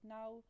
now